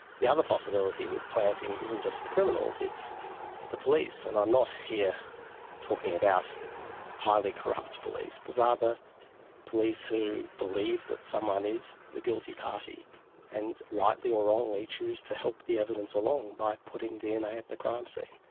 the other possibility with planting isn't just the criminals, it's the police, and i'm not here talking about highly corrupt police, but rather police who believe that someone is the guilty party and rightly or wrongly, choose to help the evidence along by putting dna at the crime scene.